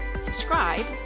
subscribe